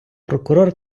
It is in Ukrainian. прокурор